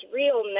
real